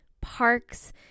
parks